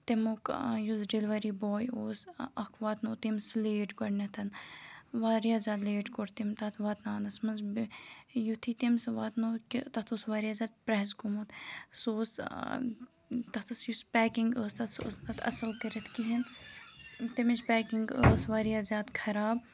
تَمیُک یُس ڈِلؤری باے اوس اَکھ واتنو تٔمۍ سُہ لیٹ گۄڈنٮ۪تھ واریاہ زیادٕ لیٹ کوٚر تٔمۍ تَتھ واتناونَس منٛز یُتھُے تٔمۍ سُہ واتنو کہِ تَتھ اوس واریاہ زیادٕ پرٛیس گوٚمُت سُہ اوس تَتھ اوس یُس پیکِنٛگ ٲس تَتھ سُہ ٲس نہٕ تَتھ اَصٕل کٔرِتھ کِہیٖنۍ تمِچ پیکِنٛگ ٲسۍ واریاہ زیادٕ خراب